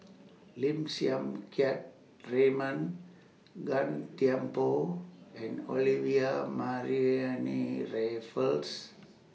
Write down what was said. Lim Siang Keat Raymond Gan Thiam Poh and Olivia Mariamne Raffles